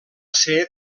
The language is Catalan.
ser